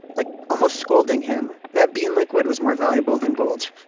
like almost scolding him, that bean liquid was more valuable than gold